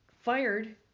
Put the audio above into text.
fired